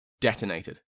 detonated